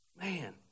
Man